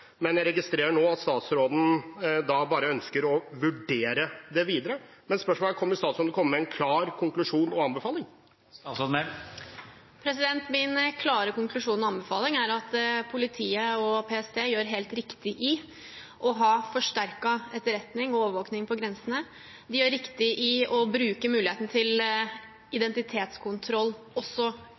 Men jeg registrerer nå at statsråden bare ønsker å vurdere det videre. Spørsmålet er: Kommer statsråden til å komme med en klar konklusjon og anbefaling? Min klare konklusjon og anbefaling er at politiet og PST gjør helt rett i å ha forsterket etterretning og overvåkning på grensene. De gjør rett i å bruke muligheten til identitetskontroll – ikke bare på grensen, men også